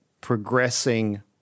progressing